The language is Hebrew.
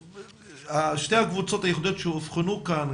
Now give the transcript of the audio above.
שתי הקבוצות הייחודיות שאובחנו כאן,